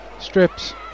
strips